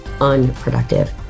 unproductive